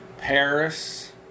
Paris